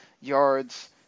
yards